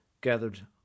gathered